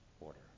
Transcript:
order